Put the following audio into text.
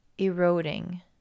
eroding